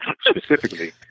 Specifically